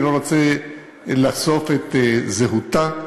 אני לא רוצה לחשוף את זהותה,